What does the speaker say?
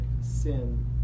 sin